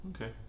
Okay